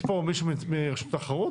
יש פה מישהו מרשות התחרות